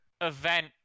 event